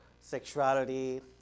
sexuality